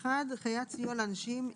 כמו שכתוב בחוק שוויון באופן